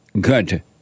good